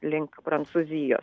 link prancūzijos